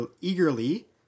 eagerly